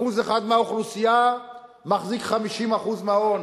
1% מהאוכלוסייה מחזיק 50% מההון.